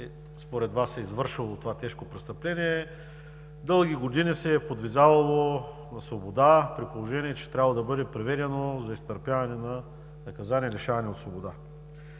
според Вас е извършило това тежко престъпление, дълги години се е подвизавало на свобода, при положение че е трябвало да бъде приведено за изтърпяване на наказание „лишаване от свобода“.